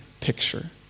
picture